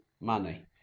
money